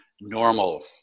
normal